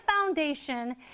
foundation